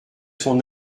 son